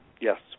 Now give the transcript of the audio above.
Yes